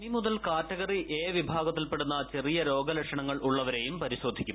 ഇനിമുതൽ category A വിഭാഗത്തിൽപ്പെടുന്ന ചെറിയ രോഗലക്ഷണങ്ങൾ ഉള്ളവരെയും പരിശോധിക്കും